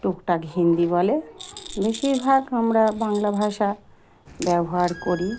টুকটাক হিন্দি বলে বেশিরভাগ আমরা বাংলা ভাষা ব্যবহার করি